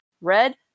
Red